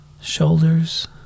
shoulders